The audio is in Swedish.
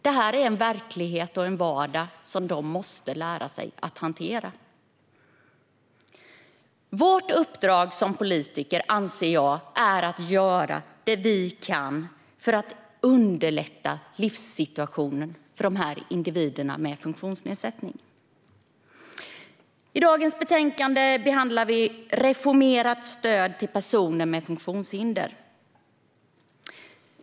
Detta är en verklighet och en vardag som de måste lära sig att hantera. Jag anser att vårt uppdrag som politiker är att göra det vi kan för att underlätta livssituationen för dessa individer med funktionsnedsättning. I dagens betänkande behandlas reformerade stöd till personer med funktionshinder.